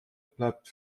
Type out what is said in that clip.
bleibt